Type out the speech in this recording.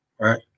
right